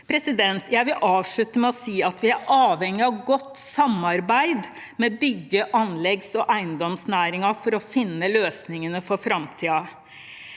ballen. Jeg vil avslutte med å si at vi er avhengig av godt samarbeid med bygge-, anleggs- og eiendomsnæringen for å finne løsningene for framtiden.